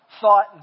thought